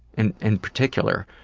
and in particular.